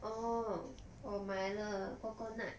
oh 我买了 coconut